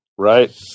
Right